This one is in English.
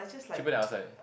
cheaper than outside